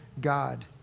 God